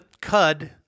cud